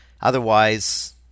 Otherwise